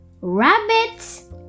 rabbits